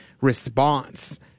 response